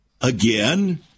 again